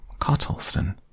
Cottleston